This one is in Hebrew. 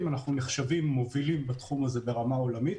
ונחשבים מובילים בתחום הזה ברמה עולמית.